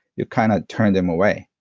you kind of turn them away.